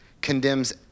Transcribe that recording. condemns